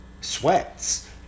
sweats